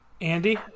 Andy